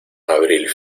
abril